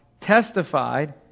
testified